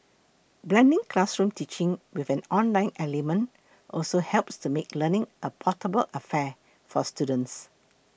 blending classroom teaching with an online element also helps to make learning a portable affair for students